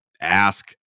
ask